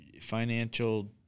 financial